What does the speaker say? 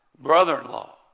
brother-in-law